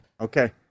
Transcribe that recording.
Okay